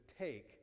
take